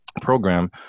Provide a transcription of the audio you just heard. program